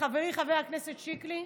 לחברי חבר הכנסת שיקלי,